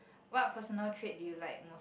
what personal trait do you like most